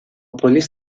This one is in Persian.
پلیس